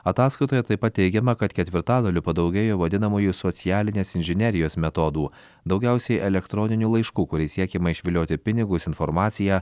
ataskaitoje taip pat teigiama kad ketvirtadaliu padaugėjo vadinamųjų socialinės inžinerijos metodų daugiausiai elektroninių laiškų kuriais siekiama išvilioti pinigus informaciją